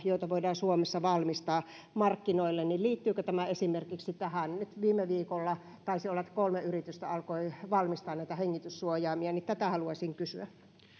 joita voidaan suomessa valmistaa markkinoille niin liittyykö tämä nyt esimerkiksi tähän viime viikolla taisi olla kolme yritystä alkoi valmistaa näitä hengityssuojaimia tätä haluaisin kysyä